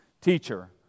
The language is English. Teacher